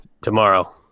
tomorrow